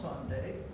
Sunday